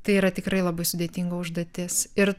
tai yra tikrai labai sudėtinga užduotis ir